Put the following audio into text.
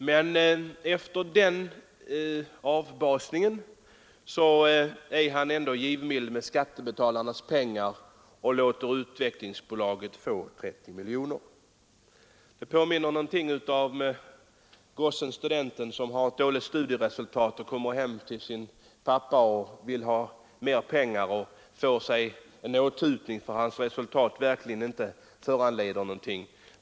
Men efter den avbasningen är departementschefen ändå givmild med skattebetalarnas pengar och föreslår att Utvecklingsbolaget skall få 30 miljoner. Det påminner litet om den unge studenten med dåliga studieresultat som kommer hem till sin pappa och vill ha mera pengar och som då får en åthutning för att studieresultaten verkligen inte ger anledning till någon belöning.